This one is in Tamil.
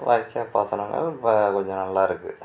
வாய்க்கால் பாசனங்கள் இப்போ கொஞ்சம் நல்லா இருக்குது